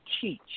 teach